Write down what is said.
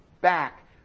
back